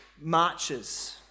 marches